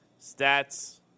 Stats